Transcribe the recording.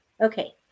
okay